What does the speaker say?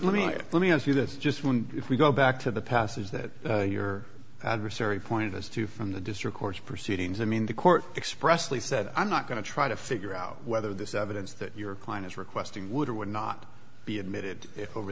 let me let me ask you this just when if we go back to the passage that your adversary pointed us to from the district court proceedings i mean the court expressly said i'm not going to try to figure out whether this evidence that your client is requesting would or would not be admitted over